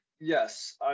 Yes